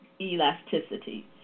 elasticity